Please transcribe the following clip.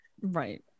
Right